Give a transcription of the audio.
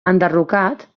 enderrocat